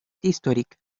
històric